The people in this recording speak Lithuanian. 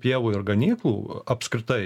pievų ir ganyklų apskritai